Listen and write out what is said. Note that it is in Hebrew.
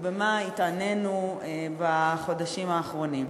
ובמה התענינו בחודשים האחרונים?